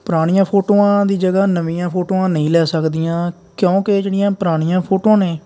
ਪੁਰਾਣੀਆਂ ਫੋਟੋਆਂ ਦੀ ਜਗ੍ਹਾ ਨਵੀਆਂ ਫੋਟੋਆਂ ਨਹੀਂ ਲੈ ਸਕਦੀਆਂ ਕਿਉਂਕਿ ਜਿਹੜੀਆਂ ਪੁਰਾਣੀਆਂ ਫੋਟੋਆਂ ਨੇ